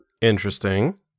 Interesting